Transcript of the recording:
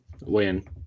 Win